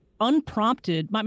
unprompted